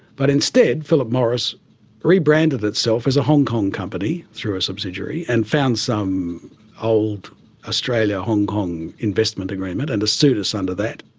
but instead philip morris rebranded itself as a hong kong company through a subsidiary and found some old australia-hong kong investment agreement and has sued us under that.